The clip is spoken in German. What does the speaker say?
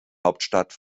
hauptstadt